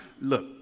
look